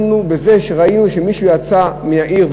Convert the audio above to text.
בזה שראינו שמישהו יצא מהעיר,